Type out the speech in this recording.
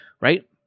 right